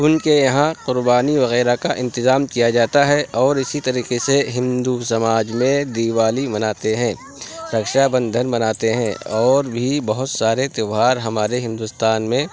اُن کے یہاں قربانی وغیرہ کا انتظام کیا جاتا ہے اور اِسی طریقے سے ہندو سماج میں دیوالی مناتے ہیں رکشا بندھن مناتے ہیں اور بھی بہت سارے تہوار ہمارے ہندوستان میں